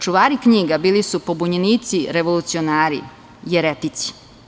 Čuvari knjiga bili su pobunjenici, revolucionari, jeretici.